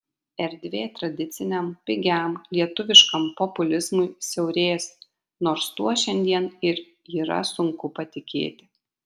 erdvė tradiciniam pigiam lietuviškam populizmui siaurės nors tuo šiandien ir yra sunku patikėti